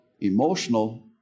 emotional